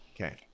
Okay